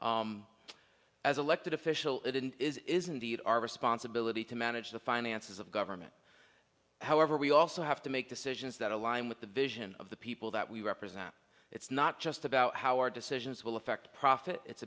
as elected official it is indeed our responsibility to manage the finances of government however we also have to make decisions that align with the vision of the people that we represent it's not just about how our decisions will affect profit it's